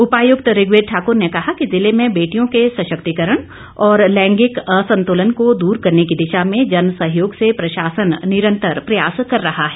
उपायुक्त ऋग्वेद ठाकुर ने कहा कि ॅज़िले में बेटियों के सशक्तिकरण और लैंगिंक असंतुलन को दूर करने की दिशा में जनसहयोग से प्रशासन निरंतर प्रयास कर रहा है